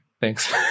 Thanks